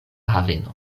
haveno